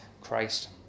Christ